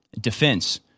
defense